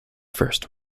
first